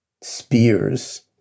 spears